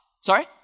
Sorry